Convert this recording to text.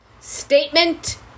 Statement